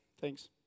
thanks